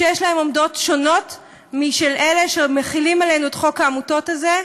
שיש להם עמדות שונות משל אלה שמחילים עלינו את חוק העמותות הזה,